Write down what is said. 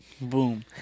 Boom